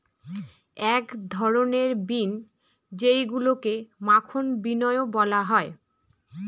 এক ধরনের বিন যেইগুলাকে মাখন বিনও বলা হয়